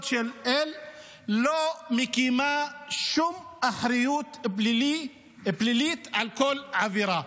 לא מקימה שום אחריות פלילית על כל עבירה.